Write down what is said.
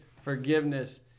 forgiveness